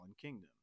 Kingdom